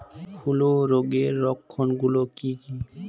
হূলো রোগের লক্ষণ গুলো কি কি?